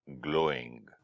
glowing